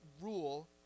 rule